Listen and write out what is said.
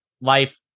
life